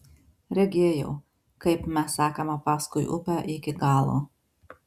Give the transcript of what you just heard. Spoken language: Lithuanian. regėjau kaip mes sekame paskui upę iki galo